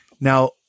Now